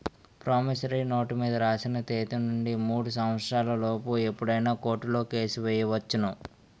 promissory note మీద రాసిన తేదీ నుండి మూడు సంవత్సరాల లోపు ఎప్పుడైనా కోర్టులో కేసు ఎయ్యొచ్చును